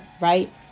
right